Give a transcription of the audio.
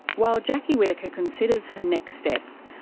while jacki whittaker considers her next steps,